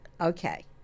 Okay